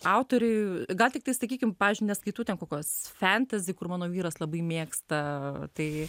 autoriui gal tiktai sakykim pavyzdžiui nes kitų ten kukos fentesi kur mano vyras labai mėgsta tai